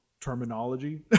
terminology